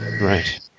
Right